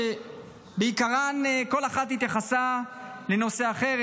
שבעיקרן כל אחת התייחסה לנושא אחר,